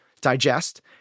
digest